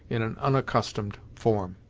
in an unaccustomed form.